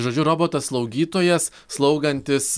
žodžiu robotas slaugytojas slaugantis